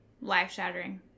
life-shattering